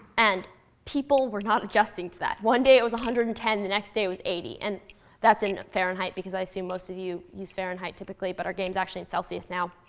and people were not adjusting to that. one day it was one hundred and ten. the next day was eighty. and that's in fahrenheit, because i assume most of you use fahrenheit typically. but our game is actually in celsius now.